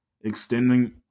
extending